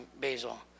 Basil